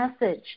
message